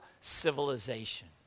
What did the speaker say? civilization